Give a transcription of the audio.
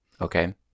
Okay